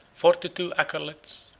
forty-two acolytes,